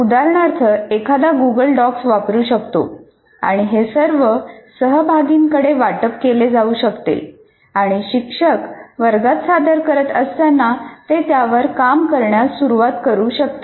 उदाहरणार्थ एखादा Google docs वापरू शकतो आणि हे सर्व सहभागींकडे वाटप केले जाऊ शकते आणि शिक्षक वर्गात सादर करत असताना ते त्यावर काम करण्यास सुरवात करू शकतात